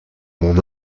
mon